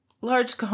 large